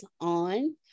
on